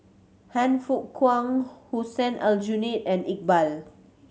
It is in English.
Han Fook Kwang Hussein Aljunied and Iqbal